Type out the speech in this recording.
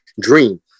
dream